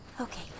Okay